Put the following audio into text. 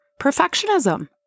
Perfectionism